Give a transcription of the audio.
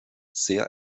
sehr